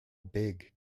big